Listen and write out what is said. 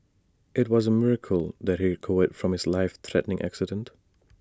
IT was A miracle that he recovered from his life threatening accident